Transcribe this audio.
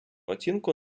оцінку